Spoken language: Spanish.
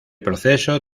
proceso